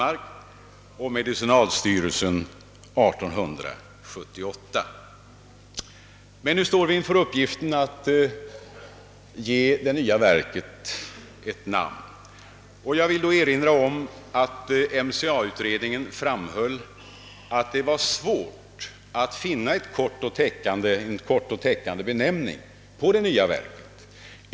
Låt mig emellertid redogöra för de motiv som varit bestämmande då vi föreslagit att det nya verket bör heta medicinalstyrelsen. Jag vill erinra om att MSA-utredningen framhöll att det var svårt att finna en kort och täckande benämning på det nya verket.